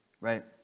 Right